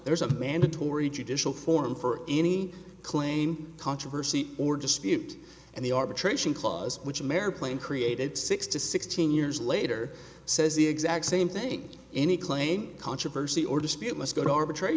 there is a mandatory judicial form for any claim controversy or dispute and the arbitration clause which mare plane created six to sixteen years later says the exact same thing any claim controversy or dispute must go to arbitra